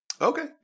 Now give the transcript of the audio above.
Okay